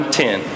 ten